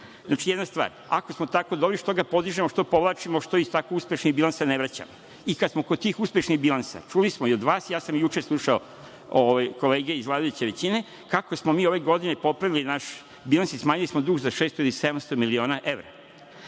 Znači, jedna stvar, ako smo tako dobri, što ga podižemo, što povlačimo, što iz tako uspešnih bilansa ne vraćamo? Kada smo kod tih uspešnih bilansa, čuli smo i od vas, ja sam i juče slušao kolege iz vladajuće većine, kako smo mi ove godine popravili naš bilans i smanjili smo dug za 600 ili 700 miliona evra.